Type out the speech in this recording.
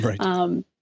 Right